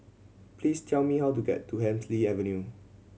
please tell me how to get to Hemsley Avenue